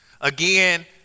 again